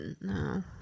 No